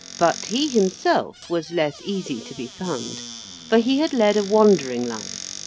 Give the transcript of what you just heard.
but, he himself was less easy to be found for, he had led a wandering life,